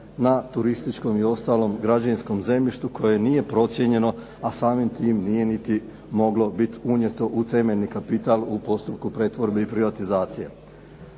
na turističkom i ostalom građevinskom zemljištu koje nije procijenjeno, a samim tim nije niti moglo bit unijeto u temeljni kapital u postupku pretvorbe i privatizacije.